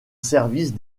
service